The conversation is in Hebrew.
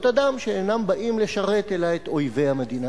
אדם שאינם באים לשרת אלא את אויבי המדינה,